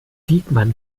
diekmann